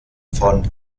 von